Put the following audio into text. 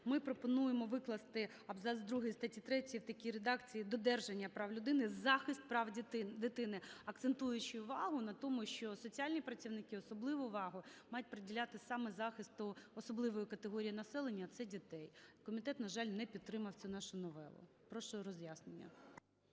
Ми пропонуємо викласти абзац другий статті 3 в такій редакції: "додержання прав людини, захист прав дитини", - акцентуючи увагу на тому, що соціальні працівники особливу увагу мають приділяти саме захисту особливої категорії населення - це дітей. Комітет, на жаль, не підтримав цю нашу новелу. Прошу роз'яснення.